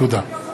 תודה.